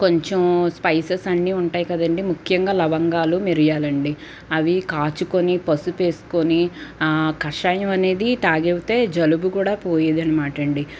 కొంచెం స్పైసెస్ అన్నీ ఉంటాయి కదండీ ముఖ్యంగా లవంగాలు మిర్యాలు అండీ అవి కాచుకొని పసుపు వేసుకుని కాషాయం అనేది తాగితే జలుబు కూడా పోయేదనమాట అండి